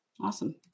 awesome